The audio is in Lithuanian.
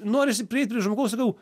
norisi prieit prie žmogus sakau